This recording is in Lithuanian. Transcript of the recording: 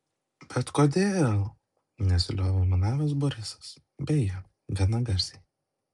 bet kodėl nesiliovė aimanavęs borisas beje gana garsiai